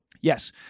Yes